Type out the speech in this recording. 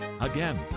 Again